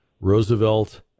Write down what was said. Roosevelt